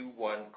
Q1